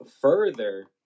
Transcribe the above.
further